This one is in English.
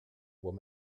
what